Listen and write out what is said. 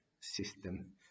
system